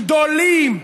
גדולים,